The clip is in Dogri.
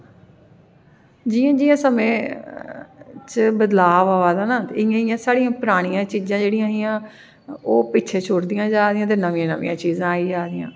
जि'यां जि'यां समें च बदलाव आवा दा ना ते इ'यां इ'यां साढ़ियां परानियां चीजां जेह्ड़ियां हियां ओह् पिच्छे छुड़दी जा दियां ते न'म्मियां न'म्मियां चीजां आई जा दियां